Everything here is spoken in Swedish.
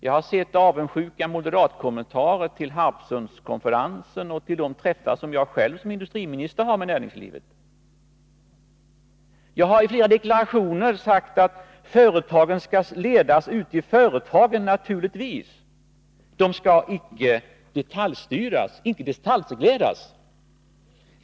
Jag har sett avundsjuka moderatkommentarer till Harpsundskonferensen och till de träffar jag själv som industriminister har med näringslivet. Jag har i flera deklarationer sagt att företagen naturligtvis skall ledas ute i företagen. Det skall icke detaljregleras.